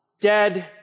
dead